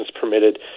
permitted